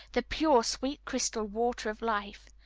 the pure, sweet crystal water of life,